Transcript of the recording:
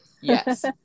Yes